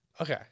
okay